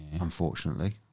unfortunately